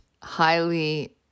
highly